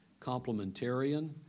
complementarian